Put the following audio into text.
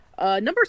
Number